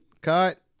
Cut